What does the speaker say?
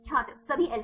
छात्र सभी अल्फा